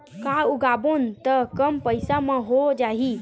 का उगाबोन त कम पईसा म हो जाही?